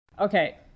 Okay